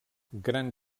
gran